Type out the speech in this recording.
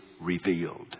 revealed